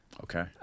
Okay